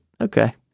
Okay